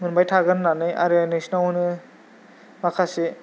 मोनबाय थागोन होननानै आरो नोंसिनियावनो माखासे